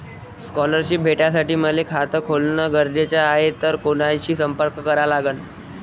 Scholarship भेटासाठी मले खात खोलने गरजेचे हाय तर कुणाशी संपर्क करा लागन?